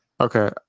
Okay